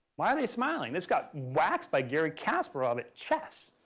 why are they smiling? just got waxed by gary casperov at chess.